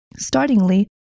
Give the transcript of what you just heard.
Startingly